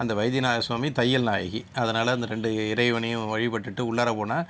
அந்த வைத்தியநாத ஸ்வாமி தையல்நாயகி அதனால் அந்த ரெண்டு இறைவனையும் வழிபட்டுட்டு உள்ளார போனால்